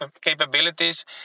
capabilities